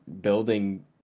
building